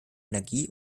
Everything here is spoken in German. energie